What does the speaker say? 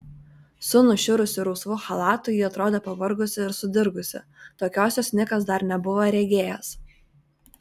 su nušiurusiu rausvu chalatu ji atrodė pavargusi ir sudirgusi tokios jos nikas dar nebuvo regėjęs